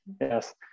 Yes